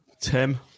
Tim